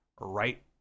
right